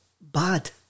bad